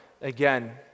again